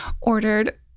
ordered